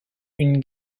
une